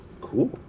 cool